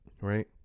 Right